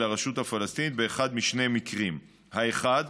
של הרשות הפלסטינית באחד משני מקרים: האחד,